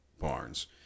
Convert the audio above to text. Barnes